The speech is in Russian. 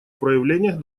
проявлениях